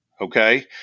Okay